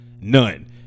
none